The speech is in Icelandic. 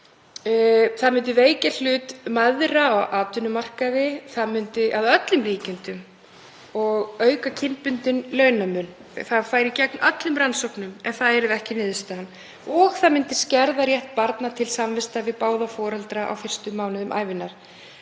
Það myndi veikja hlut mæðra á atvinnumarkaði, það myndi að öllum líkindum auka kynbundinn launamun — það færi gegn öllum rannsóknum ef það yrði ekki niðurstaðan — og það myndi skerða rétt barna til samvista við báða foreldra á fyrstu mánuðum ævinnar.